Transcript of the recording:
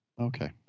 Okay